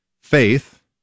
faith